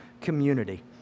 community